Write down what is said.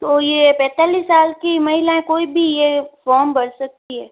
तो यह पैंतालीस साल की महिलाऐं कोई भी यह फॉर्म भर सकती है